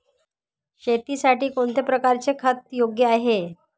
शेतीसाठी कोणत्या प्रकारचे खत योग्य आहे?